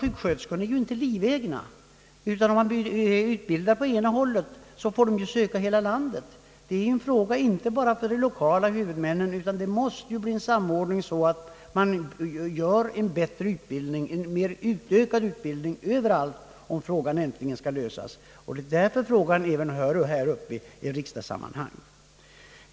Sjuksköterskorna är dock inte livegna. De som utbildas på det ena hållet kan ju sedan söka tjänster över hela landet. Det är inte en fråga bara för de lokala huvudmännen. Skall frågan kunna lösas måste man åstadkomma en samordning, som medför en ökad intagning och bättre utbildning överallt inom landet, vilket också är skälet till att ärendet är uppe i riksdagen.